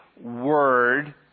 word